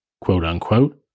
quote-unquote